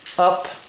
up,